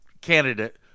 candidate